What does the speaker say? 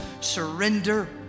surrender